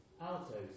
Altos